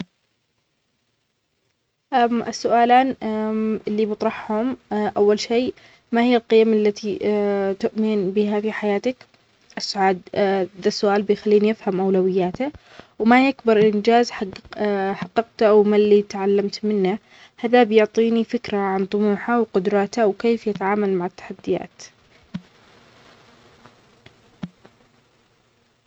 ا السؤالان اللي بطرحهم أول شئ ما هي القيم التي تؤمن بها بحياتك؟ اسعد-ذا السؤال بيخليني أفهم أولوياته وما هي أكبر إنجاز حقق-حققته اوما اللي تعلمت منه؟ هذا بيعطيني فكرة عن طموحة وقدراته وكيف يتعامل مع التحديات